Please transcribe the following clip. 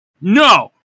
no